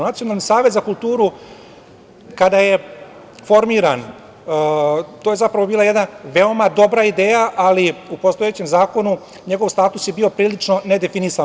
Nacionalni savet za kulturu kada je formiran, to je zapravo bila jedna veoma dobra ideja, ali u postojećem zakonu njegov status je bio prilično nedefinisan.